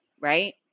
right